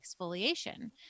exfoliation